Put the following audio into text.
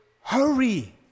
hurry